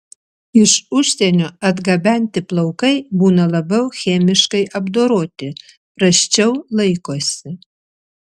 iš užsienio atgabenti plaukai būna labiau chemiškai apdoroti prasčiau laikosi